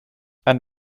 ein